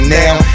now